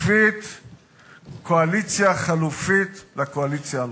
קואליציה חלופית לקואליציה הנוכחית.